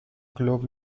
club